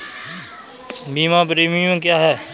बीमा प्रीमियम क्या है?